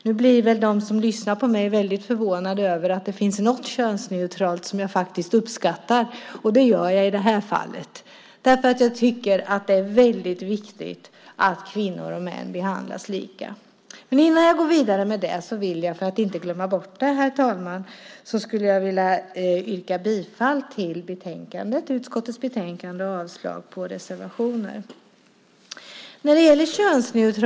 Nu blir väl de som lyssnar på mig väldigt förvånade över att det finns något könsneutralt som jag faktiskt uppskattar. Och det gör jag i det här fallet därför att jag tycker att det är väldigt viktigt att kvinnor och män behandlas lika. Men innan jag går vidare med det vill jag, herr talman, yrka bifall till förslaget i utskottets betänkande och avslag på reservationerna, så att jag inte glömmer bort det.